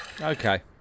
okay